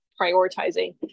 prioritizing